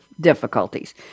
difficulties